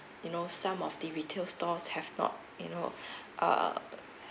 you know some of the retail stores have not you know uh